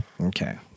Okay